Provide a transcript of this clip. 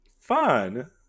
Fun